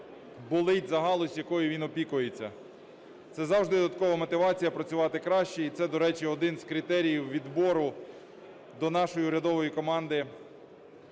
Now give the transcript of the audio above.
болить за галузь, якою він опікується. Це завжди додаткова мотивація працювати краще і це, до речі, один з критеріїв відбору до нашої урядової команди.